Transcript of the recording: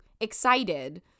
excited